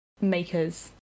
makers